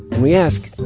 we ask,